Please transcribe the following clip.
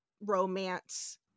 romance